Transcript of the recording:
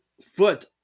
foot